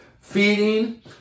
feeding